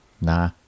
nah